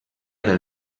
del